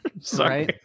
Sorry